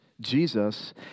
Jesus